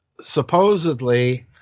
supposedly